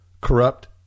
corrupt